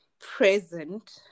present